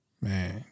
Man